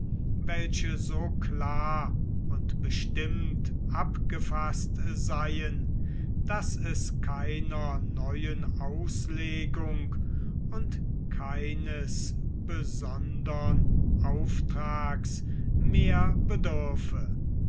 welche so klar und bestimmt abgefaßt seien daß es keiner neuen auslegung und keines besondern auftrags mehr bedürfe